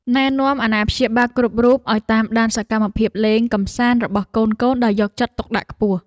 ណែនាំអាណាព្យាបាលគ្រប់រូបឱ្យតាមដានសកម្មភាពលេងកម្សាន្តរបស់កូនៗដោយយកចិត្តទុកដាក់ខ្ពស់។